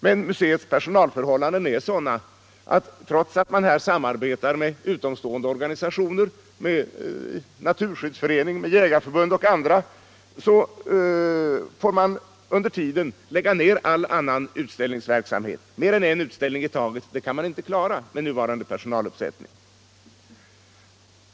Men museets personalförhållanden är sådana att trots att man här samarbetar med utomstående organisationer, såsom Svenska naturskyddsföreningen och jägarförbund och andra, får man under tiden lägga ned all annan utställningsverksamhet. Mer än en utställning i taget kan man inte klara med nuvarande personaluppsättning.